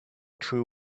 true